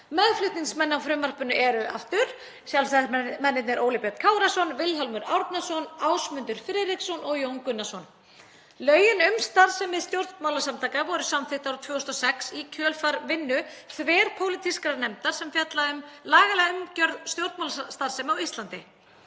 Meðflutningsmenn á frumvarpinu eru aftur Sjálfstæðismennirnir Óli Björn Kárason, Vilhjálmur Árnason, Ásmundur Friðriksson og Jón Gunnarsson. Lög um starfsemi stjórnmálasamtaka voru samþykkt árið 2006 í kjölfar vinnu þverpólitískrar nefndar sem fjallaði um lagalega umgjörð stjórnmálastarfsemi á Íslandi.